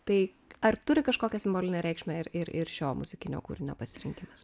tai ar turi kažkokią simbolinę reikšmę ir ir šio muzikinio kūrinio pasirinkimas